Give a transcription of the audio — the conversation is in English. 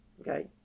Okay